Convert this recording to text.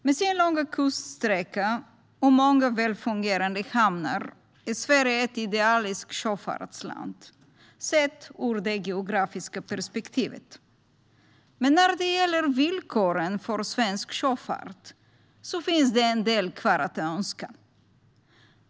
Med sin långa kuststräcka och många välfungerade hamnar är Sverige ett idealiskt sjöfartsland - sett ur det geografiska perspektivet. Men när det gäller villkoren för svensk sjöfart finns det en del kvar att önska.